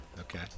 Okay